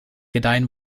gedeihen